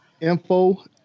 info